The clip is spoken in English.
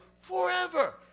forever